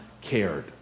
cared